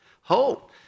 hope